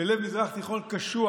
בלב מזרח תיכון קשוח,